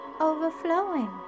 overflowing